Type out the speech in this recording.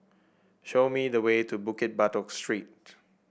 show me the way to Bukit Batok Street